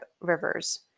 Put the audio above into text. Rivers